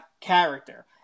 character